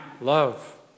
love